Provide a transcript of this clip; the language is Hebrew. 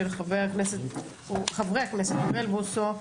של חברי הכנסת אוריאל בוסו,